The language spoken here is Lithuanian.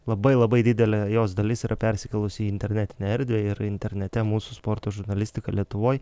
labai labai didelė jos dalis yra persikėlusi į internetinę erdvę ir internete mūsų sporto žurnalistika lietuvoj